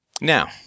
Now